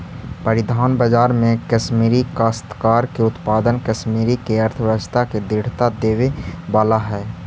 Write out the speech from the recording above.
परिधान बाजार में कश्मीरी काश्तकार के उत्पाद कश्मीर के अर्थव्यवस्था के दृढ़ता देवे वाला हई